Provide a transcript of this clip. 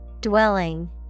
Dwelling